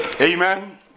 Amen